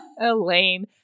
Elaine